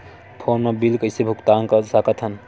Phone मा bill कइसे भुक्तान साकत हन?